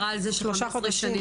שרון דיברה על זה ש-15 שנים,